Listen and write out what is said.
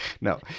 No